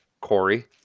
Corey